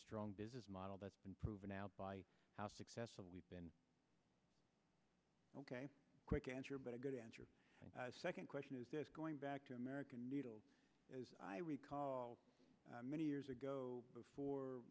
strong business model that's been proven out by how successful we've been ok quick answer but a good answer the second question is this going back to american needle as i recall many years ago